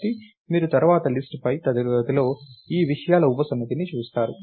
కాబట్టి మీరు తర్వాత లిస్ట్ పై తరగతిలో ఈ విషయాల ఉపసమితిని చూస్తారు